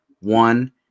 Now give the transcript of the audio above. one